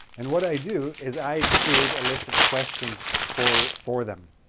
and what i do is i create a list of questions for for them,